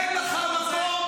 היינו כאן לפניך ונהיה כאן אחריך.